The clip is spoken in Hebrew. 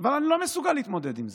אבל אני לא מסוגל להתמודד עם זה.